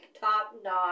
top-notch